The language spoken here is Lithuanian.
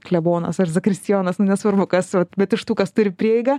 klebonas ar zakristijonas nesvarbu kas bet iš tų kas turi prieigą